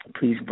Please